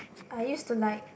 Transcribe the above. I used to like